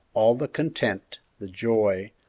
all the content, the joy,